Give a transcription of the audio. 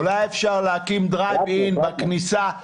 אולי אפשר להקים דרייב אין בכניסה.